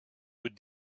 would